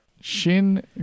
Shin